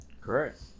correct